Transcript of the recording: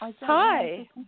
Hi